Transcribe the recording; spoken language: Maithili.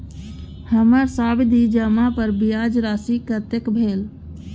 हमर सावधि जमा पर ब्याज राशि कतेक भेल?